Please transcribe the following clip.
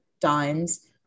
Dimes